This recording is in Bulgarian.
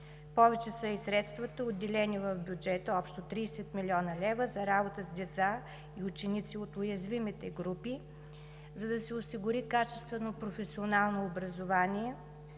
Повече са и средствата, отделени в бюджета – общо 30 млн. лв., за работа с деца и ученици от уязвимите групи. За да се осигури качествено професионално образование